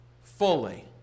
fully